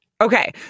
Okay